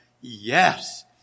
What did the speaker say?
Yes